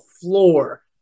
floor